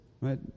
right